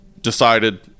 decided